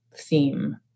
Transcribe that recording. theme